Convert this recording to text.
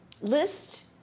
list